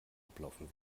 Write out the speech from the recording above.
ablaufen